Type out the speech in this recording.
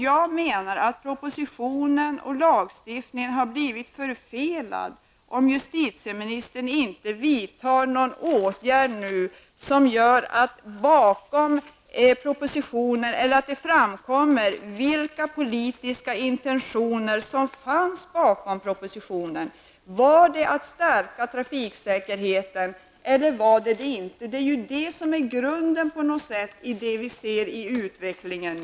Jag menar att propositionen och lagstiftningen har förfelats om justitieministern inte nu vidtar någon åtgärd som gör att det framgår vilka politiska intentioner som fanns bakom propositionen. Var det att stärka trafiksäkerheten, eller var det inte det? Detta är ju grunden för vad vi ser i den nuvarande utvecklingen.